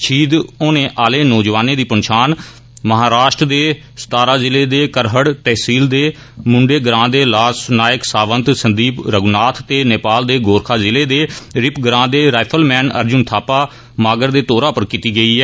शहीद होने आहले जौआने दी पन्छान महाराष्ट्र दे सतारा जिले दे करहड तहसील दे मुंडे ग्रां दे लांस नायक सावंत संदीप रघ्नाथ ते नेपाल दे गोरखा जिले दे रिप ग्रां दे राइफलमैन अर्जून थापा मागर दे तौरा पर कीती गेई ऐ